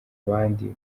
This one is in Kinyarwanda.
abandi